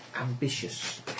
Ambitious